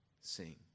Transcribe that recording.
sing